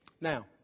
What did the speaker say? Now